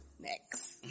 next